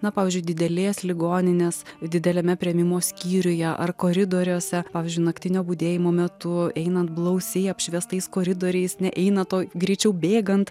na pavyzdžiui didelės ligoninės dideliame priėmimo skyriuje ar koridoriuose pavyzdžiui naktinio budėjimo metu einant blausiai apšviestais koridoriais ne einat o greičiau bėgant